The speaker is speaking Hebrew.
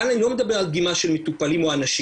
כאן אני לא מדבר על דגימה של מטופלים או אנשים,